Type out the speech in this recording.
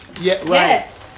Yes